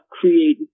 created